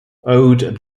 owed